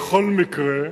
בכל מקרה,